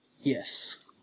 Yes